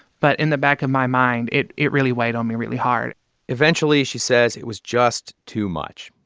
but in the back of my mind, it it really weighed on me, really hard eventually, she says, it was just too much.